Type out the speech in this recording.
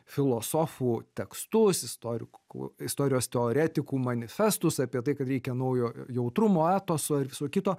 filosofų tekstus istorikų istorijos teoretikų manifestus apie tai kad reikia naujo jautrumo etoso ir viso kito